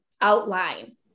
outline